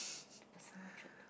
personal trait